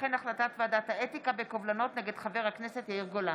החלטת ועדת האתיקה בקובלנות נגד חבר הכנסת יאיר גולן.